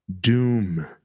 Doom